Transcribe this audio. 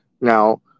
Now